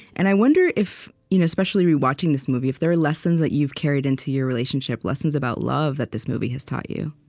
and i wonder if you know especially re-watching this movie, if there are lessons that you've carried into your relationship, lessons about love that this movie has taught you